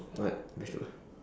what vegetables